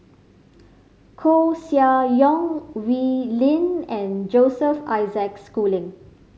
Koeh Sia Yong Wee Lin and Joseph Isaac Schooling